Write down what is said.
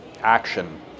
action